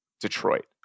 Detroit